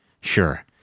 Sure